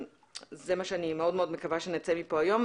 זה מה שאני מאוד מאוד מקווה שנצא מפה היום.